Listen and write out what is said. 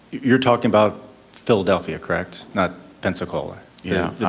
you're talking about philadelphia correct? not pensacola. yeah yeah